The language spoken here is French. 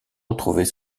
retrouver